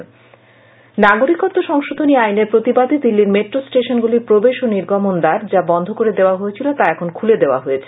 নাগরিকত্ব আইন প্রতিবাদ নাগরিকত্ব সংশোধনী আইনের প্রতিবাদে দিল্লির মেট্রো স্টেশনগুলির প্রবেশ ও নির্গমন দ্বার যা বন্ধ করে দেওয়া হয়েছিল তা এখন খুলে দেওয়া হয়েছে